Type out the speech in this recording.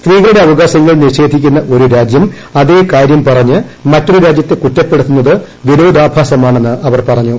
സ്ത്രീകളുടെ അവകാശങ്ങൾ നിഷേധിക്കുന്ന ഒരു രാജ്യം അതേ കാര്യം പറഞ്ഞ് മറ്റൊരു രാജ്യത്തെ കൂറ്റപ്പെടുത്തുന്നത് വിരോധാഭാസമാണെന്ന് അവർ പറഞ്ഞു